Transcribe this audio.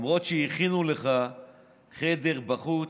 למרות שהכינו לך חדר בחוץ,